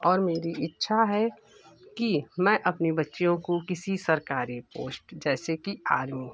और मेरी इच्छा है कि मैं अपनी बच्चियों को किसी सरकारी पोस्ट जैसे कि आर्मी